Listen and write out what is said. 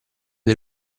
del